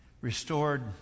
Restored